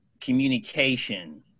communication